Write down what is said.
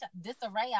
disarray